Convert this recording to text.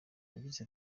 yagize